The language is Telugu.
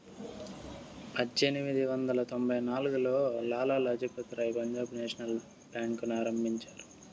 పజ్జేనిమిది వందల తొంభై నాల్గులో లాల లజపతి రాయ్ పంజాబ్ నేషనల్ బేంకుని ఆరంభించారు